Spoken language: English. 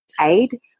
aid